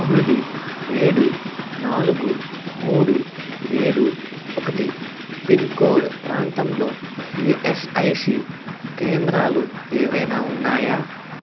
తొమ్మిది ఏడు నాలుగు మూడు ఏడు ఒకటి పిన్ కోడ్ ప్రాంతంలో ఇఎస్ఐసి కేంద్రాలు ఏవైనా ఉన్నాయా